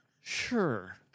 sure